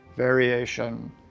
variation